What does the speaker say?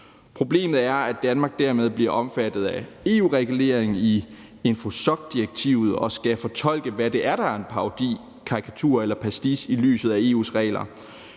Problemet er, at Danmark dermed bliver omfattet af EU-reguleringen i infosocdirektivet og skal fortolke, hvad det er, der er en parodi, en karikatur eller en pastiche, i lyset af EU's regler,